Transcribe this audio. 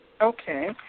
Okay